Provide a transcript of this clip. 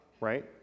right